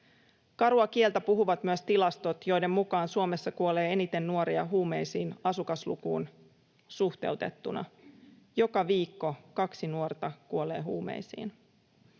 Karua kieltä puhuvat myös tilastot, joiden mukaan Suomessa kuolee eniten nuoria huumeisiin asukaslukuun suhteutettuna. Joka viikko kaksi nuorta kuolee huumeisiin.